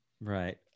right